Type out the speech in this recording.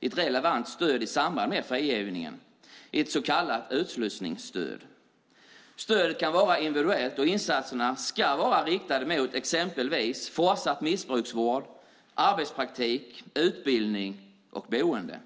ges ett relevant stöd i samband med frigivningen, ett så kallat utslussningsstöd. Stödet kan vara individuellt, och insatserna ska vara riktade mot exempelvis fortsatt missbrukarvård, arbetspraktik, utbildning och boende.